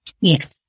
Yes